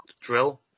Drill